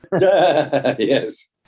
Yes